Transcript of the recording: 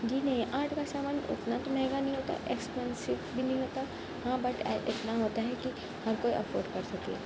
جی نہیں آرٹ کا سامان اتنا تو مہنگا نہیں ہوتا ایکسپینسیو بھی نہیں ہوتا ہاں بٹ اتنا ہوتا ہے کہ ہر کوئی افورڈ کر سکے